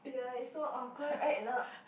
ya it's so awkward right now